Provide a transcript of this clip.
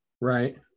right